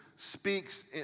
speaks